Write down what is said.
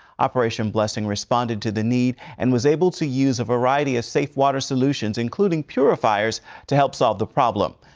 operation blessing responded responded to the need and was able to use a variety of safe water solutions, including purifiers to help solve the problem.